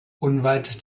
unweit